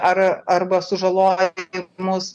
na ar arba sužalojimus